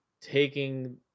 taking